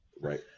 Right